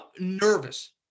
nervous